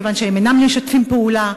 מכיוון שהם אינם משתפים פעולה,